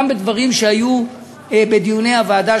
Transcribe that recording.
גם בדברים שהיו בדיוני הוועדה,